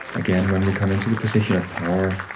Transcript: again, when we come into the position of power,